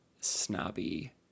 snobby